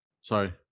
Sorry